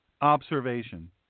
observation